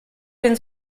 den